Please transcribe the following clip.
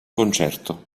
concerto